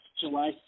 July